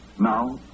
Now